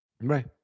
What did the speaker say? Right